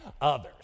others